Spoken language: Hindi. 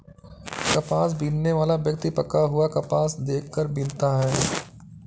कपास बीनने वाला व्यक्ति पका हुआ कपास देख कर बीनता है